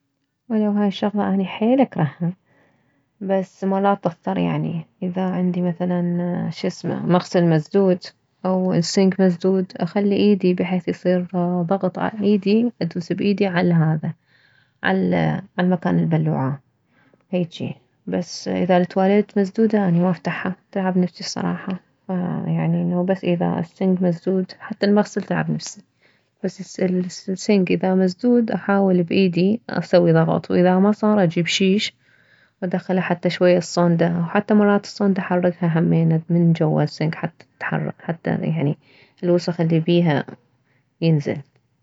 ولو هاي الشغلة اني حيل اكرهها بس مرات اضطر يعني اذا عندي مثلا شسمه مغسل مسدود او السنك مسدود اخلي ايدي بحيث يصير ضغط ايدي ادوس بايدي علهذا على مكان البلوعة هيجي بس اذا التواليت مسدودة اني ما افتحها تلعب نفسي الصراحة فيعني انه بس اذا السنك مسدود حتى المغسل تلعب نفسي بس السنك اذا مسدود احاول بايدي اسوي ضغط واذا ما صار اجيب شيش وادخله حتى شوية الصوندة حاو تى مرات الصوندة احركها همينه من جوه السنك حتى تتحرك حتى الوسخ اللي بيها ينزل